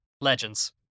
legends